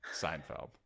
Seinfeld